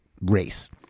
race